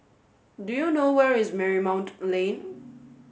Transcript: do you know where is Marymount Lane